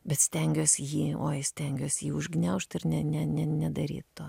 bet stengiuos jį oi stengiuosi jį užgniaužt ir ne ne ne nedaryt to